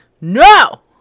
No